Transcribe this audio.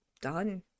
done